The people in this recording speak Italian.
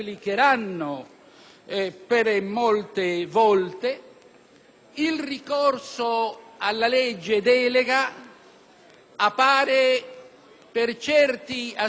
il ricorso alla legge delega appare per certi aspetti un danno, per altri invece un vantaggio.